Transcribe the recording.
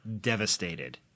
devastated